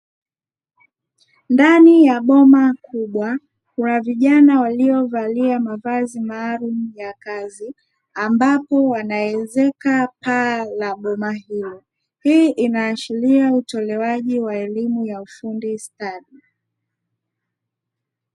Ndani ya boma kubwa kuna vijana waliovalia mavazi maalumu ya kazi, ambapo wanaezeka paa ya boma hilo hii inaashiria utoaji wa elimu ya ufundi stadi.